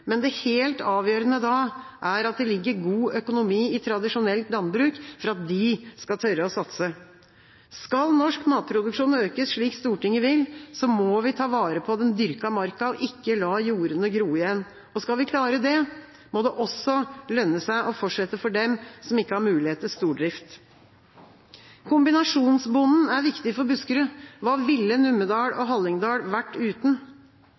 men det helt avgjørende da, for at de skal tørre å satse, er at det ligger god økonomi i tradisjonelt landbruk. Skal norsk matproduksjon økes, slik Stortinget vil, må vi ta vare på den dyrka marka, ikke la jordene gro igjen. Skal vi klare det, må det også lønne seg å fortsette for dem som ikke har mulighet til stordrift. Kombinasjonsbonden er viktig for Buskerud – hva ville Numedal og Hallingdal vært uten?